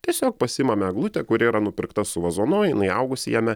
tiesiog pasiimame eglutę kuri yra nupirkta su vazonu jinai augusi jame